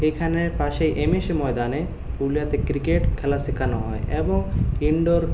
এখানের পাশে এমএসই ময়দানে পুরুলিয়াতে ক্রিকেট খেলা শেখানো হয় এবং ইনডোর